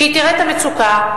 היא תראה את המצוקה,